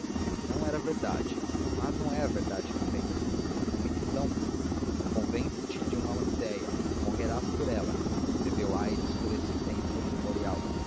não era verdade mas não é a verdade que vence é a convicção convence te de uma ideia e morrerás por ela escreveu aires por esse tempo no memorial